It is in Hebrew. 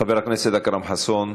חבר הכנסת אכרם חסון.